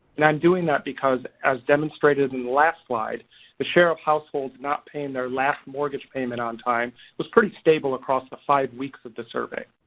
and i'm doing that because as demonstrated in the last slide the share of households not paying their last mortgage payment on time was pretty stable across the five weeks of the survey.